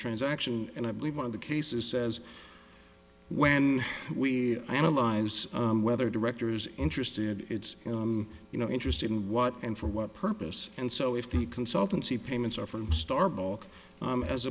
transaction and i believe one of the cases says when we analyze whether directors are interested it's you know interested in what and for what purpose and so if the consultancy payments are from starbucks